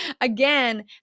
again